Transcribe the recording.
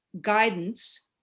guidance